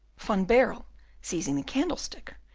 van baerle seizing the candlestick,